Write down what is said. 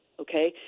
Okay